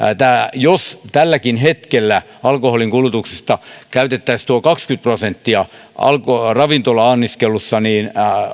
jos tälläkin hetkellä alkoholin kulutuksesta käytettäisiin tuo kaksikymmentä prosenttia ravintola anniskelussa niin